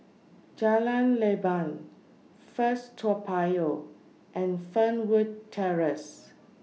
Jalan Leban First Toa Payoh and Fernwood Terrace